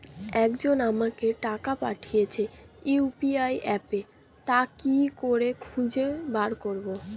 একজন আমাকে টাকা পাঠিয়েছে ইউ.পি.আই অ্যাপে তা কি করে খুঁজে বার করব?